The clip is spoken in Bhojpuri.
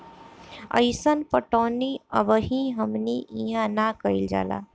अइसन पटौनी अबही हमनी इन्हा ना कइल जाला